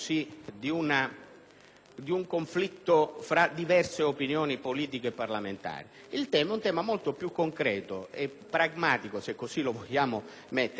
di un conflitto tra diverse opinioni politiche e parlamentari. Il tema è molto più concreto e pragmatico, se così vogliamo dire, di quanto non appaia: